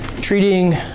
treating